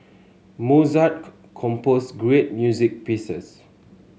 Mozart composed great music pieces